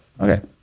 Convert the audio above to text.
Okay